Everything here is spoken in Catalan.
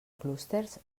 clústers